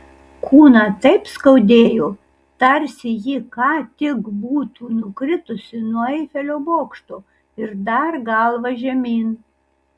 kūną taip skaudėjo tarsi ji ką tik būtų nukritusi nuo eifelio bokšto ir dar galva žemyn